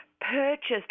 purchased